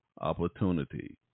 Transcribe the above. opportunity